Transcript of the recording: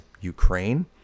Ukraine